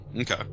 okay